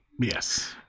Yes